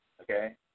okay